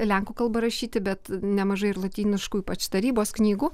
lenkų kalba rašyti bet nemažai ir lotyniškų ypač tarybos knygų